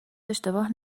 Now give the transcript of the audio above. اشتباه